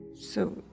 so,